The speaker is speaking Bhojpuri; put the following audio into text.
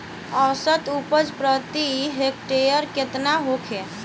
औसत उपज प्रति हेक्टेयर केतना होखे?